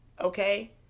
Okay